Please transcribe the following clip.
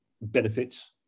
benefits